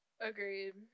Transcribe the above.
Agreed